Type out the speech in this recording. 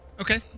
Okay